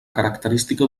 característica